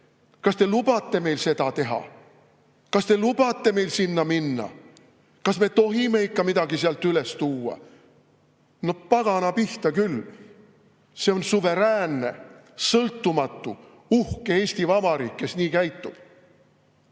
kas te lubate meil seda teha, kas te lubate meil sinna minna, kas me tohime ikka midagi sealt üles tuua? No pagana pihta küll! See on suveräänne, sõltumatu, uhke Eesti Vabariik, kes nii käitub. Meie